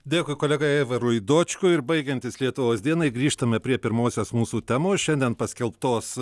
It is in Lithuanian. dėkui kolega aivarui dočkui ir baigiantis lietuvos dienai grįžtame prie pirmosios mūsų temos šiandien paskelbtos